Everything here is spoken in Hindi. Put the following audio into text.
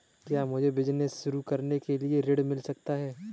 क्या मुझे बिजनेस शुरू करने के लिए ऋण मिल सकता है?